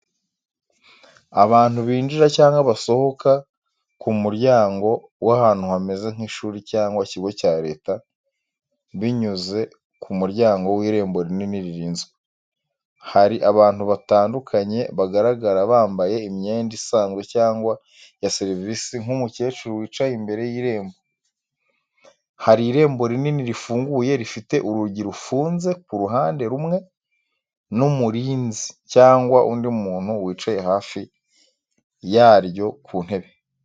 Abantu binjira cyangwa basohoka ku muryango w’ahantu hameze nk’ishuri cyangwa ikigo cya leta binyuze ku muryango w’irembo rinini ririnzwe. Hari abantu batandukanye bagaragara bambaye imyenda isanzwe cyangwa ya serivisi nk’umukecuru wicaye imbere y’irembo. Hari irembo rinini rifunguye rifite urugi rufunze ku ruhande rumwe n’umurinzi cyangwa undi muntu wicaye hafi yaryo ku ntebe.